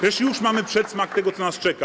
Przecież już mamy przedsmak tego, co nas czeka.